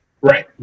Right